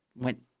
went